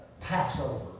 Passover